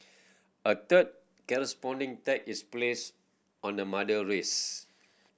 a third corresponding tag is placed on the mother wrist